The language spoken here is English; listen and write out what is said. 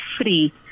free